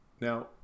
now